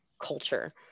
culture